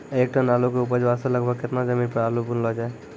एक टन आलू के उपज वास्ते लगभग केतना जमीन पर आलू बुनलो जाय?